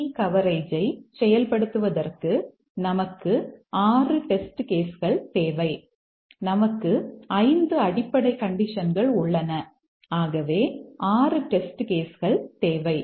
C கவரேஜை செயல்படுத்துவதற்கு நமக்கு 6 டெஸ்ட் கேஸ் கள் தேவை